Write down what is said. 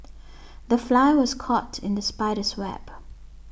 the fly was caught in the spider's web